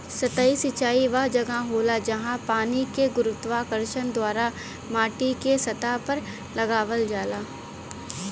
सतही सिंचाई वह जगह होला, जहाँ पानी के गुरुत्वाकर्षण द्वारा माटीके सतह पर लगावल जाला